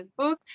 Facebook